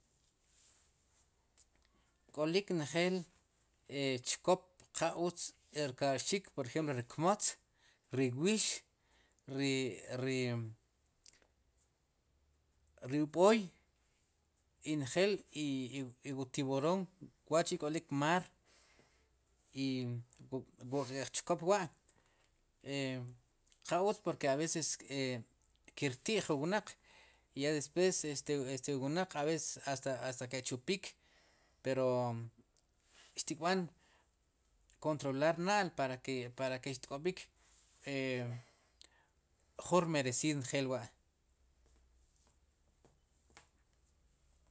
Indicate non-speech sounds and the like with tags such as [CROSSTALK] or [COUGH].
K'olik njel [HESITATION] chkop qa utz rka'ixik por ejemplo ri kmatz ri wix ri, ri ub'oy i njel [HESITATION] wu tiburon wa'chi' k'olik maar i wu nk'ej chkop wa' [HESITATION] qa utz porque aveces [HESITATION] kirti'j wu wnaq i ya despues este este wu wnaq aves hasta, hasta ke'chupik pero xtkb'an kontrolar na'l para que, para que xtk'ob'ik, e jur medicina njel wa' [NOISE]